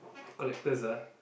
collectors ah